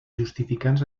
justificants